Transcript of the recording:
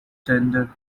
tender